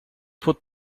put